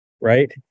right